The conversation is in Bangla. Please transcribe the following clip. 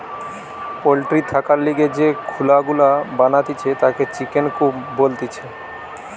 পল্ট্রি থাকার লিগে যে খুলা গুলা বানাতিছে তাকে চিকেন কূপ বলতিছে